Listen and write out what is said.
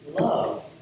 love